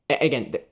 again